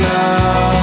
now